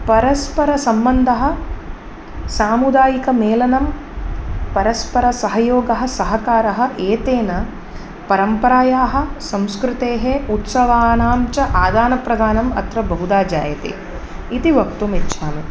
परस्परसम्बन्धः सामुदायिकमेलनं परस्परसहयोगः सहकारः एतेन परम्परायाः संस्कृतेः उत्सवानां च आदानप्रदानम् अत्र बहुधा जायते इति वक्तुम् इच्छामि